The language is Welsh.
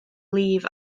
lif